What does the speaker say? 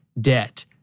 debt